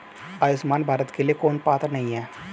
आयुष्मान भारत के लिए कौन पात्र नहीं है?